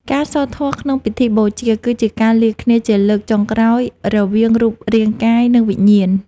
ការសូត្រធម៌ក្នុងពិធីបូជា គឺជាការលាគ្នាជាលើកចុងក្រោយរវាងរូបរាងកាយ និងវិញ្ញាណ។